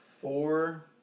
four